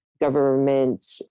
government